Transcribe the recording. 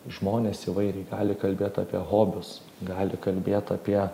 žmonės įvairiai gali kalbėt apie hobius gali kalbėt apie